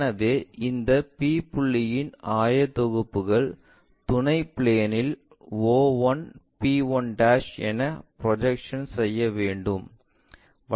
எனவே இந்த P புள்ளியின் ஆயத்தொகுப்புகள் துணை பிளேஇல் o1 p1 என ப்ரொஜெக்ஷன்ஸ் செய்ய வேண்டும்